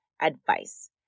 advice